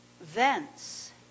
vents